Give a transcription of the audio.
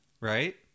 right